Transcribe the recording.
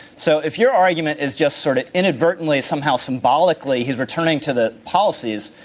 so, if your argument is just sort of inadvertently somehow symbolically he's returning to the policies,